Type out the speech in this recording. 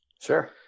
Sure